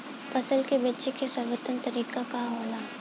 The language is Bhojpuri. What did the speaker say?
फसल के बेचे के सर्वोत्तम तरीका का होला?